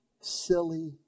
silly